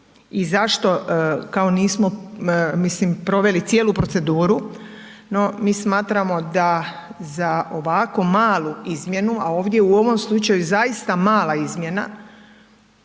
i zašto kao nismo mislim proveli cijelu proceduru, no mi smatramo da za ovako malu izmjenu, a ovdje u ovom slučaju zaista mala izmjena